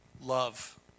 love